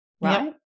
right